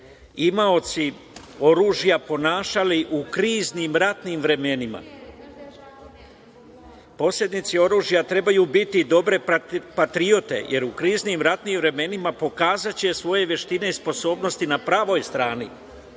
imaoci oružja ponašali u kriznim ratnim vremenima. Posednici oružja trebaju biti dobre patriote, jer u kriznim ratnim vremenima pokazaće svoje veštine, sposobnosti na pravoj strani,